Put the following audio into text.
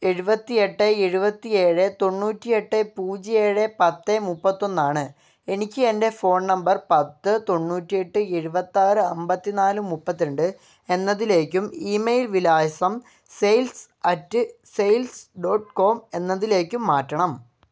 എഴുപത്തിയെട്ട് എഴുപത്തിയേഴ് തൊണ്ണൂറ്റിയെട്ട് പൂജ്യം ഏഴ് പത്ത് മുപ്പത്തിയൊന്നാണ് എനിക്ക് എൻ്റെ ഫോൺ നമ്പർ പത്ത് തൊണ്ണൂറ്റിയെട്ട് എഴുപത്തിയാറ് അമ്പത്തിനാല് മുപ്പത്തി രണ്ട് എന്നതിലേക്കും ഇ മെയിൽ വിലാസം sales at sales dot com എന്നതിലേക്കും മാറ്റണം